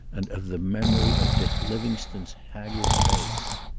and of the memory of dick livingstone's haggard face.